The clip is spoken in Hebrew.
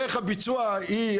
דרך הביצוע היא,